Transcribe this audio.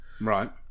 Right